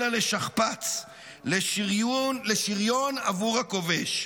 אלא לשכפ"ץ, לשריון בעבור הכובש.